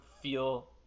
feel